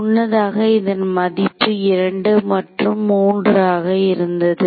முன்னதாக இதன் மதிப்பு 2 மற்றும் 3 ஆக இருந்தது